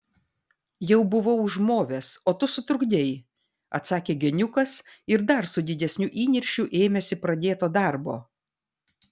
jau buvau užmovęs o tu sutrukdei atsakė geniukas ir dar su didesniu įniršiu ėmėsi pradėto darbo